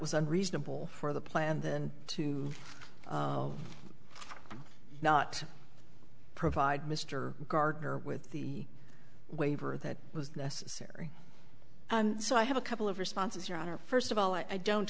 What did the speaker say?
was unreasonable for the plan then to not provide mr gardner with the waiver that was necessary so i have a couple of responses your honor first of all i don't